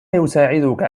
يساعدك